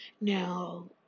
Now